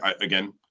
Again